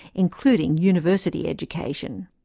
including university education.